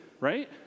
right